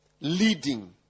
leading